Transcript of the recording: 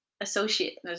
Associate